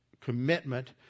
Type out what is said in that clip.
commitment